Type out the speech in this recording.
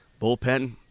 Bullpen